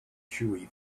chewy